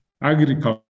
agriculture